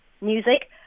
music